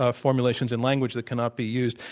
ah formulations in language that cannot be used.